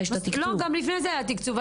לא, גם לפני זה היה תקצוב.